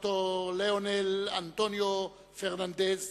ד"ר לאונל אנטוניו פרננדז,